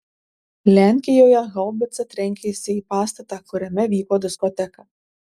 lenkijoje haubica trenkėsi į pastatą kuriame vyko diskoteka